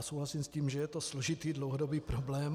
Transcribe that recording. Souhlasím s tím, že je to složitý dlouhodobý problém.